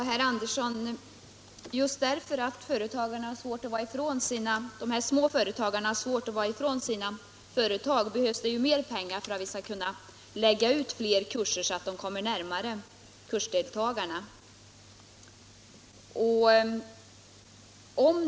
Herr talman! Just därför att de mindre företagarna har svårt att vara ifrån sina företag behövs det mera pengar för att lägga ut flera kurser så att dessa kommer närmare kursdeltagarna, herr Andersson!